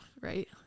right